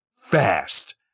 fast